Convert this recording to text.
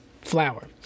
flour